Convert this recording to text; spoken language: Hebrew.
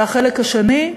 והחלק השני,